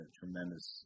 tremendous